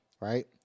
right